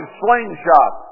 slingshot